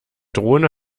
drohne